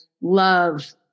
love